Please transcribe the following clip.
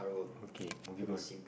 okay moving on